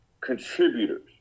contributors